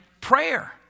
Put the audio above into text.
prayer